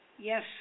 Yes